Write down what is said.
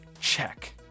Check